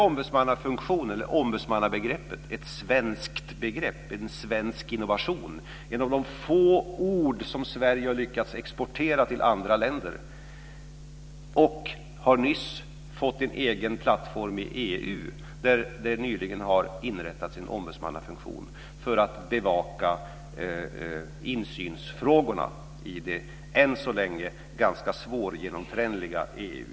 Ombudsmannabegreppet är ett svenskt begrepp, en svensk innovation - här har vi ett av få ord som Sverige har lyckats exportera till andra länder - och har nyligen fått en ny plattform i EU där det ju nyligen inrättats en ombudsmannafunktion för att bevaka insynsfrågorna i det än så länge ganska svårgenomträngliga EU.